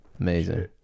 Amazing